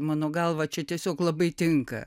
mano galva čia tiesiog labai tinka